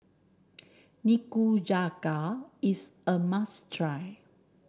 nikujaga is a must try